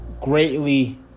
greatly